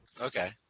okay